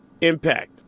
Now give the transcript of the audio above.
impact